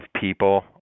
people